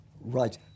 Right